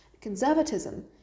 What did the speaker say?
Conservatism